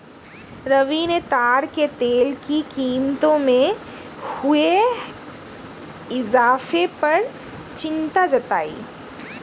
रवि ने ताड़ के तेल की कीमतों में हुए इजाफे पर चिंता जताई